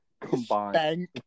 combined